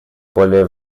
более